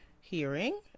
hearing